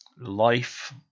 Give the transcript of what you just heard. life